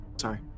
Sorry